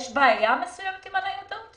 יש בעיה מסוימת עם הניידות?